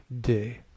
day